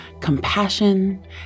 compassion